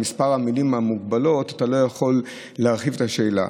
במספר המילים המוגבלות אתה לא יכול להרחיב את השאלה.